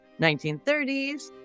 1930s